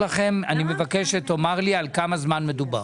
מבקש שתאמר לי בכמה זמן מדובר.